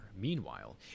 meanwhile